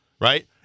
Right